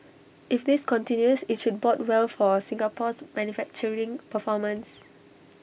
if this continues IT should bode well for Singapore's manufacturing performance